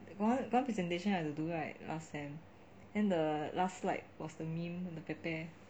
one presentation I have to do right last sem then the last slide was meme the pepe